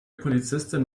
polizistin